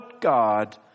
God